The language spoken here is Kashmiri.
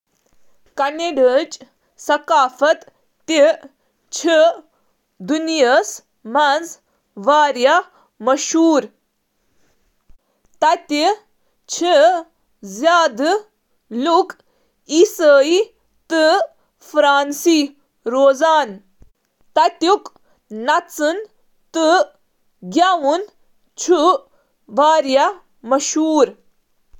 کینیڈاہٕچ ثقافت چھِ فنکارانہٕ، کھٮ۪ن، ادبی، مزاح، موسیقی، سیٲسی تہٕ سمٲجی عناصرن ہٕنٛز علامت یِم کینیڈین باشندن ہٕنٛز نمایندگی چھِ کران۔ کینیڈا کس پورٕ تٲریخس منٛز، امچ ثقافت چِھ ساروی کھوتہٕ گوڑنتھ امکیٛو مقأمی ثقافتو سۭتۍ متأثر گمژ، تہٕ پتہٕ یورپی ثقافت تہٕ روایتو سۭتۍ، زیادٕ تر برطانوی تہٕ فرانسیسی سۭتۍ۔